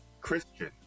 Christian